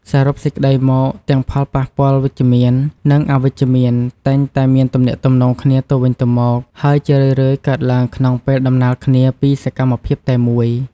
សរុបសេចក្ដីមក ទាំងផលប៉ះពាល់វិជ្ជមាន និងអវិជ្ជមានតែងតែមានទំនាក់ទំនងគ្នាទៅវិញទៅមក ហើយជារឿយៗកើតឡើងក្នុងពេលដំណាលគ្នាពីសកម្មភាពតែមួយ។